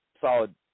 solid